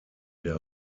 der